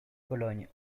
cologne